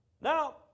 Now